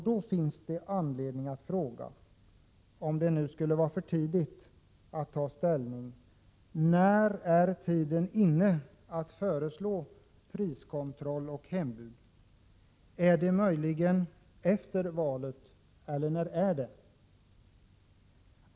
Det finns anledning att fråga: Om det nu skulle vara för tidigt, när är tiden inne att föreslå priskontroll och hembud? Är det efter valet eller när är det?